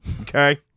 okay